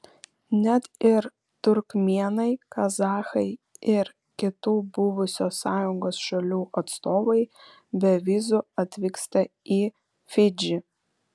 net ir turkmėnai kazachai ir kitų buvusios sąjungos šalių atstovai be vizų atvyksta į fidžį